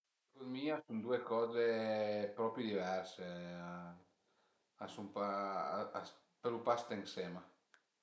Secund mi a sun due coze propi diverse, a sun pa, a pölu pas ste ënsema